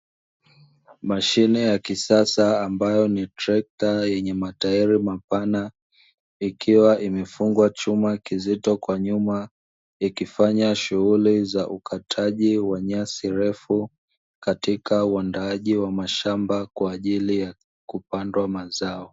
Mashine ya kisasa ambayo ni trekta yenye matairi mapana ikiwa imefungwa chuma kizito kwa nyuma, ikifanya shughuli za ukataji nyasi refu katika uandaaji wa mashamba kwaajili ya kupandwa mazao.